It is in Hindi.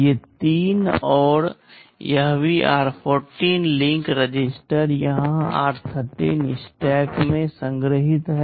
ये तीन और यह भी r14 लिंक रजिस्टर यहाँ r13 स्टैक में संग्रहीत हैं